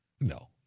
No